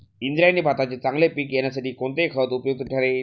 इंद्रायणी भाताचे चांगले पीक येण्यासाठी कोणते खत उपयुक्त ठरेल?